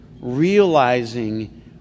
realizing